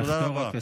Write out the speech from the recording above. תודה רבה.